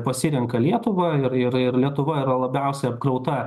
pasirenka lietuvą ir ir ir lietuva yra labiausia apkrauta